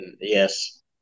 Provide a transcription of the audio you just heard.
Yes